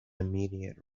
immediate